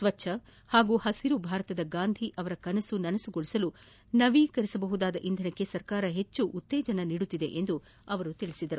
ಸ್ವಚ್ದ ಹಾಗೂ ಹಸಿರು ಭಾರತದ ಗಾಂಧಿ ಅವರ ಕನಸು ನನಸುಗೊಳಿಸಲು ನವೀಕರಣ ಇಂಧನಕ್ಕೆ ಸರ್ಕಾರ ಹೆಚ್ಚು ಉತ್ತೇಜನ ನೀಡುತ್ತಿದೆ ಎಂದು ಹೇಳಿದರು